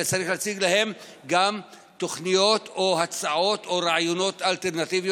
והוא צריך להציג להם גם תוכניות או הצעות או רעיונות אלטרנטיביים